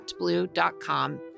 actblue.com